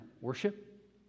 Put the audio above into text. Worship